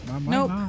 Nope